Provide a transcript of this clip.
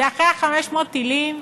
זה אחרי 500 הטילים,